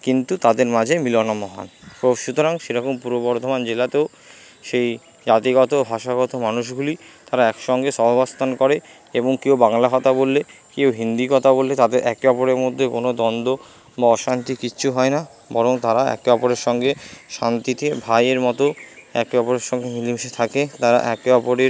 কিন্তু তাদের মাঝে মিলন মহান তো সুতরাং সেরকম পূর্ব বর্ধমান জেলাতেও সেই জাতিগত ভাষাগত মানুষগুলি তারা একসঙ্গে সহাবস্থান করে এবং কেউ বাংলা কথা বললে কেউ হিন্দি কথা বললে তাদের একে অপরের মধ্যে কোনো দ্বন্দ্ব বা অশান্তি কিচ্ছু হয় না বরং তারা একে অপরের সঙ্গে শান্তিতে ভাইয়ের মতো একে অপরের সঙ্গে মিলেমিশে থাকে তারা একে অপরের